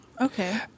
Okay